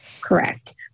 Correct